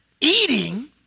eating